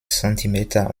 zentimeter